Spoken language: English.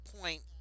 point